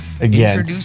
Again